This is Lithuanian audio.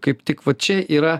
kaip tik va čia yra